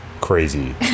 crazy